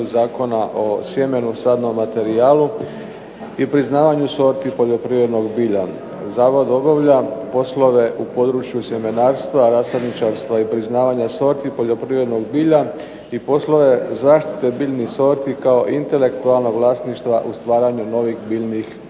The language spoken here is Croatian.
Zakona o sjemenu i sadnom materijalu i priznavanju sorti poljoprivrednog bilja. Zavod obavlja poslove u području sjemenarstva, rasadničarstva i priznavanja sorti i poljoprivrednog bilja i poslove zaštite biljnih sorti kao intelektualna vlasništva u stvaranju novih biljnih